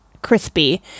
crispy